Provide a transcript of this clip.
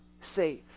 safe